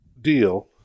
deal